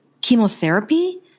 Chemotherapy